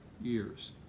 years